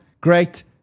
great